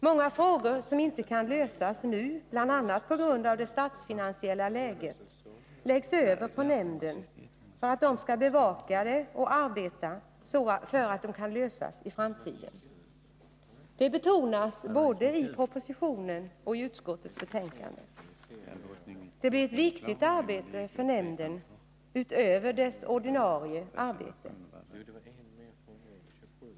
Många frågor som inte kan klaras av nu, bl.a. på grund av det statsfinansiella läget, läggs över på nämnden för att den skall bevaka dem och arbeta för att problemen skall kunna lösas i framtiden. Detta betonas både i propositionen och i utskottets betänkande. Det blir ett viktigt arbete för nämnden utöver dess ordinarie arbete.